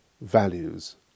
values